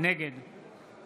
נגד